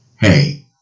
Hey